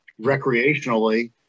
recreationally